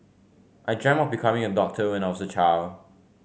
I dreamt of becoming a doctor when I was a child